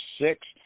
six